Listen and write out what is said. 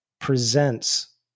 presents